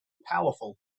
powerful